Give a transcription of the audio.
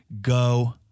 Go